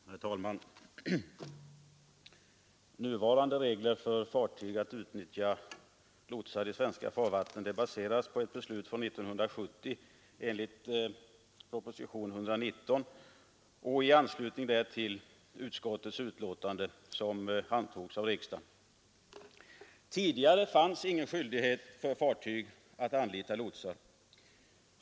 Herr talman! Nuvarande regler för fartyg att nyttja lotsar i svenska farvatten baseras på ett beslut enligt propositionen 119 år 1970 och i anslutning därtill dåvarande statsutskottets förslag, som bifölls av riksdagen. Tidigare fanns ingen skyldighet för fartyg att anlita lotsar.